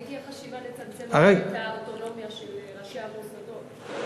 האם תהיה חשיבה לצמצם את האוטונומיה של ראשי המוסדות?